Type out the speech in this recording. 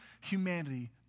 humanity